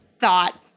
thought